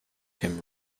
him